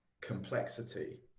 complexity